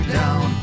down